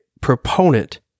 proponent